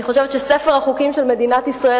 אני חושבת שספר החוקים של מדינת ישראל